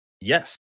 Yes